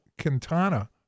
Quintana